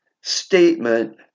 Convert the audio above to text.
statement